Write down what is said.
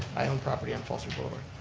i own property on fallsview boulevard.